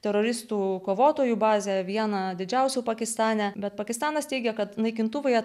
teroristų kovotojų bazę vieną didžiausių pakistane bet pakistanas teigia kad naikintuvai